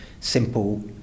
simple